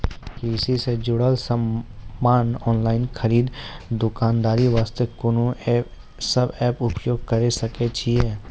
कृषि से जुड़ल समान ऑनलाइन खरीद दुकानदारी वास्ते कोंन सब एप्प उपयोग करें सकय छियै?